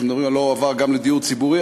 כשמדברים על למה הוא לא הועבר גם לדיור הציבורי,